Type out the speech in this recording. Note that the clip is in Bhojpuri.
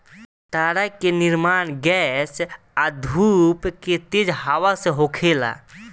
तारा के निर्माण गैस आ धूल के तेज हवा से होखेला